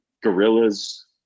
gorillas